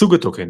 סוג הטוקן